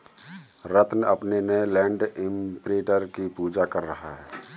रत्न अपने नए land imprinter की पूजा कर रहा है